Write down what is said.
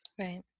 Right